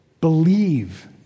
Believe